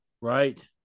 Right